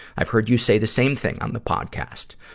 i've heard you say the same thing on the podcast.